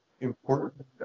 important